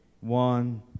One